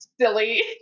silly